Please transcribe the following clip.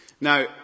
Now